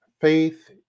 Faith